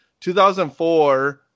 2004